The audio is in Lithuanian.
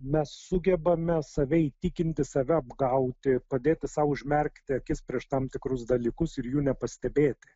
mes sugebame save įtikinti save apgauti padėti sau užmerkti akis prieš tam tikrus dalykus ir jų nepastebėti